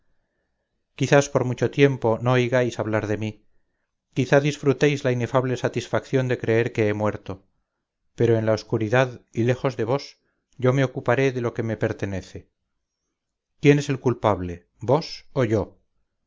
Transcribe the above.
quizás por mucho tiempo no oigáis hablar de mí quizás disfrutéis la inefable satisfacción de creer que he muerto pero en la oscuridad y lejos de vos yo me ocuparé de lo que me pertenece quién es el culpable vos o yo